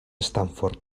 stanford